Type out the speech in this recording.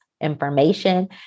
information